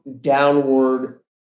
downward